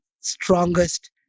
strongest